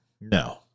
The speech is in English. No